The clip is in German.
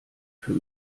für